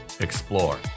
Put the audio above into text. Explore